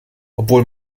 obwohl